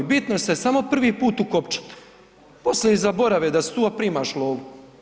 Bitno se samo prvi put ukopčat, poslije i zaborave da su tu, a primaš lovu.